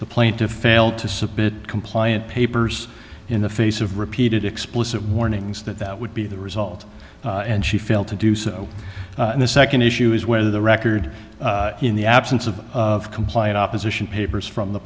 the plant to fail to submit compliant papers in the face of repeated explicit warnings that that would be the result and she failed to do so and the second issue is whether the record in the absence of of compliant opposition papers from the